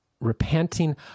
repenting